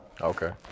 Okay